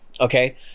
Okay